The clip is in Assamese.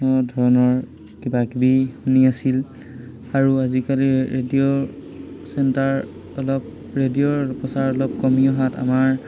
ধৰণৰ কিবাকিবি শুনি আছিল আৰু আজিকালি ৰেডিঅ' চেণ্টাৰ অলপ ৰেডিঅ'ৰ প্ৰচাৰ অলপ কমি অহাত আমাৰ